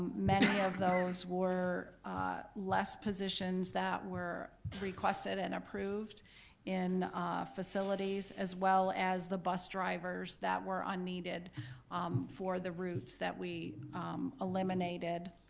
many of those were less positions that were requested and approved in facilities as well as the bus drivers that were unneeded for the routes that we eliminated.